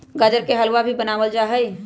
गाजर से हलवा भी बनावल जाहई